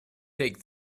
take